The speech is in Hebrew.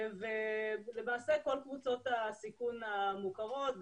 למעשה כל קבוצות הסיכון המוכרות,